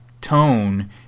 tone